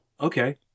okay